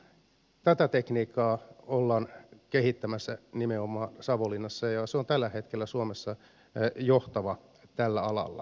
tätä tekniikkaa ollaan kehittämässä nimenomaan savonlinnassa ja se on tällä hetkellä suomessa johtava tällä alalla